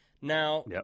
Now